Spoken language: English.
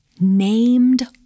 Named